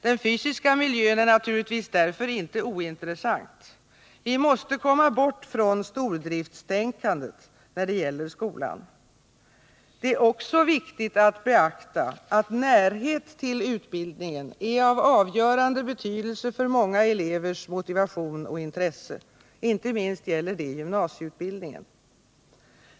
Den fysiska miljön är naturligtvis därför inte ointressant. Vi måste komma bort från stordriftstänkande då det gäller skolan. Det är också viktigt att beakta att närhet till utbildningen är av avgörande betydelse för många elevers motivation och intresse. Inte minst gäller detta gymnasieutbildningen.